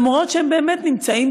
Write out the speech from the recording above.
אף על פי שהם באמת נמצאים,